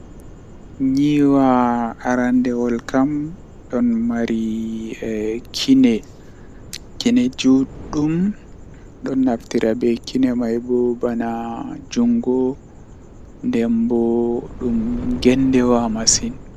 Ndikkinami mi yaha duubi temerre didi ko warata ngam kanjum mi anda dume fe'ata haa ton amma duubi temerre didi ko saali kooda mi laarai ni midon nana habaruji haa defte nden midon laara feere haa tiivi bedon holla ndaa ko fe'e ko saali ngamman mi buri yiduki mi laara ko feata haa yeeso